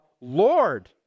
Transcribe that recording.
lord